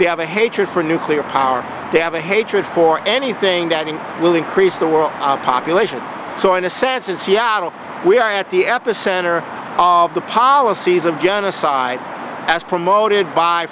they have a hatred for nuclear power they have a hatred for anything that it will increase the world population so in a sense in seattle we are at the epicenter of the policies of genocide as promoted by